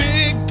Big